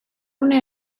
una